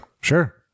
sure